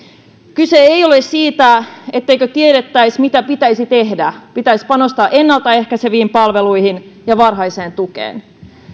kyse ei ole siitä etteikö tiedettäisi mitä pitäisi tehdä pitäisi panostaa ennaltaehkäiseviin palveluihin ja varhaiseen tukeen